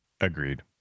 Agreed